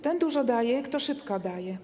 Ten dużo daje, kto szybko daje.